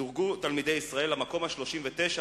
דורגו תלמידי ישראל במקום ה-39,